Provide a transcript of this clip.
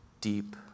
deep